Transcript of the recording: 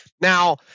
Now